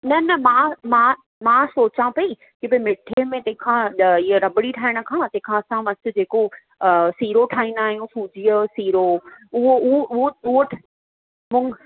न न मां मां मां सोचियां पई की भई मिठे में तंहिंखां ड इहा रबड़ी ठाहिण खां तंहिंखां असां मस्तु जेको सीरो ठाहीन्दा आहियूं सूजीअ जो सीरो उहो उहो उहो ऊ